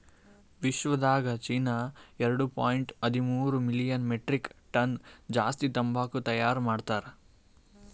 ವಿಶ್ವದಾಗ್ ಚೀನಾ ದೇಶ ಎರಡು ಪಾಯಿಂಟ್ ಹದಿಮೂರು ಮಿಲಿಯನ್ ಮೆಟ್ರಿಕ್ ಟನ್ಸ್ ಜಾಸ್ತಿ ತಂಬಾಕು ತೈಯಾರ್ ಮಾಡ್ತಾರ್